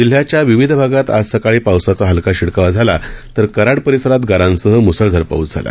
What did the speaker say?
जिल्ह्याच्या विविध भागात आज सकाळी पावसाचा हलका शिडकावा झाला तर कराड परिसरात गारांसह म्सळधार पाऊस झाला